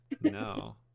No